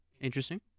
Interesting